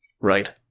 right